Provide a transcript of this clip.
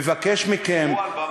מבקש מכם,